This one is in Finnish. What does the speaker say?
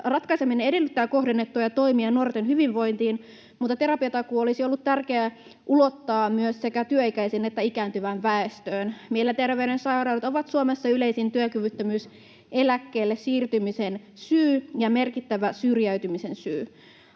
ratkaiseminen edellyttää kohdennettuja toimia nuorten hyvinvointiin, mutta terapiatakuu olisi ollut tärkeää ulottaa myös sekä työikäiseen että ikääntyvään väestöön. Mielenterveyden sairaudet ovat Suomessa yleisin työkyvyttömyyseläkkeelle siirtymisen syy ja merkittävä syrjäytymisen syy.